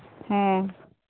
ᱦᱮᱸ